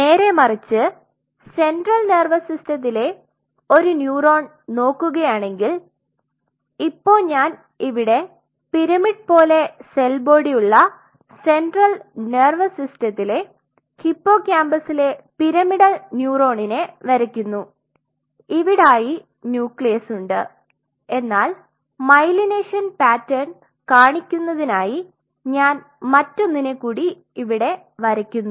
നേരെമറിച്ച് central nervous സിസ്റ്റത്തിലേ ഒരു ന്യൂറോൺ നോക്കുവാണെങ്കിൽ ഇപ്പൊ ഞാൻ ഇവിടെ പിരമിഡ് പോലെ സെൽ ബോഡി ഉള്ള സെൻട്രൽ നേർവസ് സിസ്റ്റത്തിലേ ഹിപ്പോകാമ്പസിലെ പിരമിടൽ ന്യൂറോണിനെ വരക്കുന്നു ഇവിടായി ന്യൂക്ലിയസ് ഉണ്ട് എന്നാൽ മൈലിനേഷൻ പാറ്റേൺ കാണിക്കുന്നതിനായി ഞാൻ മറ്റൊന്നിനെ കൂടി ഇവിടെ വരക്കുന്നു